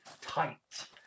tight